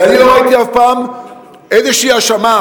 כי אני לא ראיתי אף פעם איזושהי האשמה,